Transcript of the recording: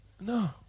No